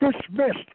dismissed